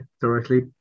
directly